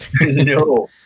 No